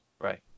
right